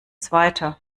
zweiter